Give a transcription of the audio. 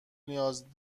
نیاز